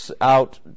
out